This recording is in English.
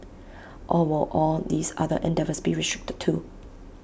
or will all these other endeavours be restricted too